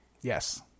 Yes